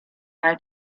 how